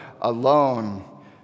alone